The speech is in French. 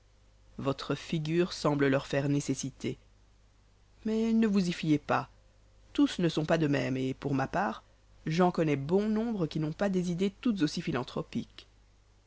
votre figure semble leur faire nécessité mais ne vous y fiez pas tous ne sont pas de même et pour ma part j'en connais bon nombre qui n'ont pas des idées toutes aussi philantropiques